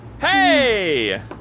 Hey